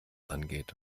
angeht